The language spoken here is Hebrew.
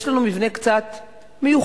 יש לנו מבנה קצת מיוחד.